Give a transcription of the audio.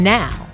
now